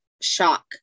shock